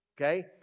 okay